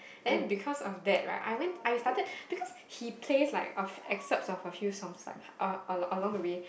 and because of that right I went I started because he plays like of excerpts of a few songs uh a~ along the way